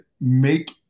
make